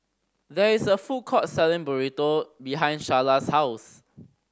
there is a food court selling Burrito behind Sharla's house